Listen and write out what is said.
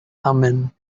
thummim